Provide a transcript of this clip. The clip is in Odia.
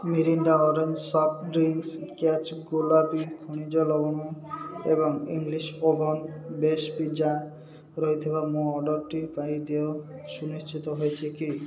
Mirinda orange soft drinks catch ଗୋଲାପୀ ଖଣିଜ ଲବଣ ଏବଂ ଇଂଲିଶ ଓଭନ୍ ବେସ୍ ପିଜ୍ଜା ରହିଥିବା ମୋ ଅର୍ଡ଼ର୍ଟି ପାଇଁ ଦେୟ ସୁନିଶ୍ଚିତ ହୋଇଛି କି